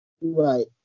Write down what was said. Right